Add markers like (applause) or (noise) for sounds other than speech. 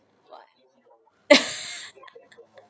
(laughs)